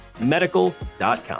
medical.com